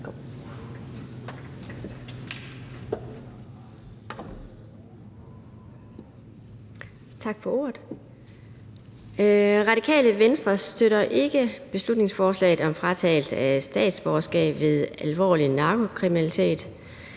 Radikale Venstre støtter ikke beslutningsforslaget om fratagelse af statsborgerskab ved alvorlig narkokriminalitet.